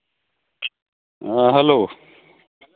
ᱦᱮᱸ ᱦᱮᱞᱳ